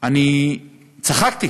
אני צחקתי.